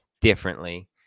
differently